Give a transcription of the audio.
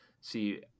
see